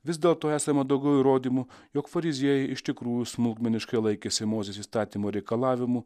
vis dėlto esama daugiau įrodymų jog fariziejai iš tikrųjų smulkmeniškai laikėsi mozės įstatymo reikalavimų